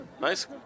Nice